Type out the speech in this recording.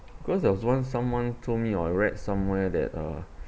cause there was once someone told me or I read somewhere that uh